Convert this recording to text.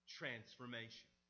transformation